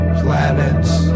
planets